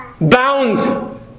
bound